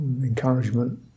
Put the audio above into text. encouragement